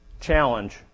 challenge